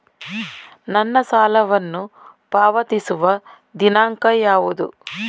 ನನ್ನ ಸಾಲವನ್ನು ಪಾವತಿಸುವ ದಿನಾಂಕ ಯಾವುದು?